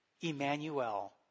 Emmanuel